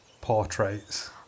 portraits